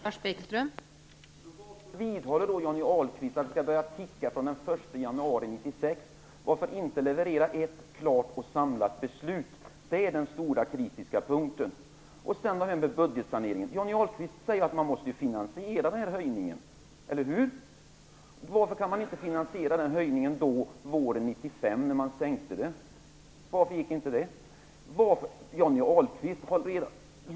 Fru talman! Varför vidhåller då Johnny Ahlqvist att det skall börja ticka från den 1 januari 1997? Varför inte leverera ett klart och samlat beslut? Det är den stora kritiska punkten. Sedan till budgetsaneringen. Johnny Ahlqvist säger att man måste finansiera höjningen, eller hur? Varför kunde man inte finansiera den höjningen våren 1995, när man sänkte a-kassan? Varför gick inte det?